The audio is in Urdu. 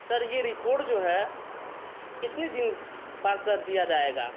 سر یہ رپورٹ جو ہے کتنی دن بعد سر دیا جائے گا